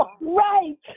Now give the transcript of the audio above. Right